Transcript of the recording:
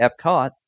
Epcot